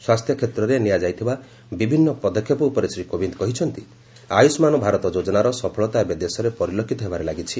ସ୍ୱାସ୍ଥ୍ୟକ୍ଷେତ୍ରରେ ନିଆଯାଇଥିବା ବିଭିନ୍ନ ପଦକ୍ଷେପ ଉପରେ ଶ୍ରୀ କୋବିନ୍ଦ କହିଛନ୍ତି ଆୟୁଷ୍କାନ ଭାରତ ଯୋଜନାର ସଫଳତା ଏବେ ଦେଶରେ ପରିଲକ୍ଷିତ ହେବାରେ ଲାଗିଛି